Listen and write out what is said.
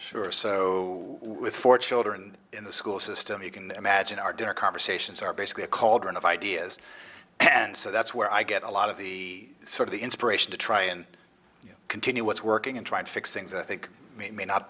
are so with four children in the school system you can imagine our dinner conversations are basically a cauldron of ideas and so that's where i get a lot of the sort of the inspiration to try and continue what's working and try to fix things i think may